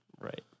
Right